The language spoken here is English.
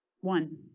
One